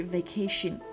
Vacation